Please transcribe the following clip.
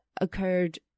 occurred